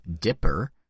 Dipper